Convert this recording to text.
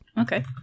okay